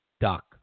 duck